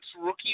rookie